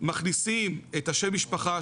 מכניסים את שם המשפחה,